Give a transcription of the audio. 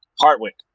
Hardwick